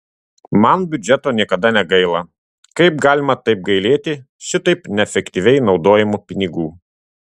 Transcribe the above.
man biudžeto niekada negaila kaip galima taip gailėti šitaip neefektyviai naudojamų pinigų